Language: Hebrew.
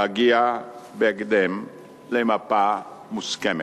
היא להגיע בהקדם למפה מוסכמת,